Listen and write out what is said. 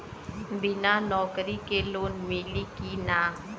बिना नौकरी के लोन मिली कि ना?